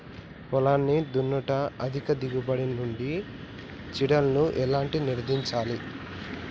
పొలాన్ని దున్నుట అధిక దిగుబడి నుండి చీడలను ఎలా నిర్ధారించాలి?